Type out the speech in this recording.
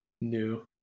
new